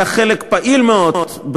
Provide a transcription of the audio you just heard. לקח חלק פעיל מאוד,